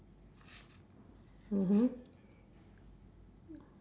mmhmm